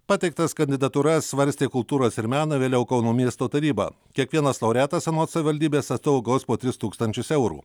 pateiktas kandidatūras svarstė kultūros ir meno vėliau kauno miesto taryba kiekvienas laureatas anot savivaldybės atstovų gaus po tris tūkstančius eurų